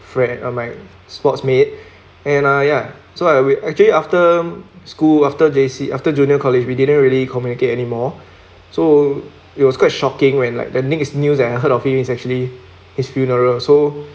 friend uh my sports mate and I ya so I we actually after school after J_C after junior college we didn't really communicate anymore so it was quite shocking when like the next news that I heard of him is actually his funeral so